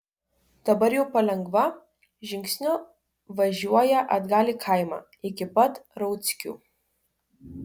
dabar jau palengva žingsniu važiuoja atgal į kaimą iki pat rauckių